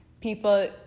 people